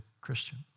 Christian